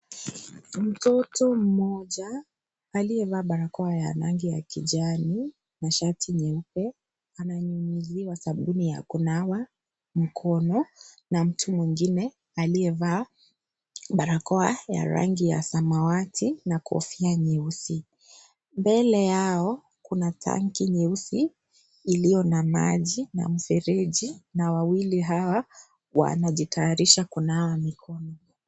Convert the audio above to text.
Mtoto mmoja, aliyevaa barakoa ya rangi ya kijani, na shati nyeupe, ananyunyuziwa sabuni ya kunawa, mkono na mtu mwingine aliyevaa barakoa ya rangi ya samawati na kofia nyeusi. Mbele yao, kuna tanki nyeusi, iliyo na maji na mfereji na wawili hawa, wanajitayarisha kunawa mikono.